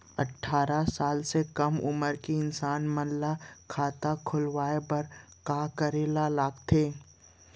अट्ठारह साल से कम उमर के इंसान मन ला खाता खोले बर का करे ला लगथे?